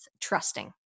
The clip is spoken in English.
trusting